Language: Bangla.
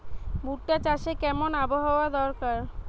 ভুট্টা চাষে কেমন আবহাওয়া দরকার?